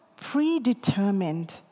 predetermined